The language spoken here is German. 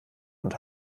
und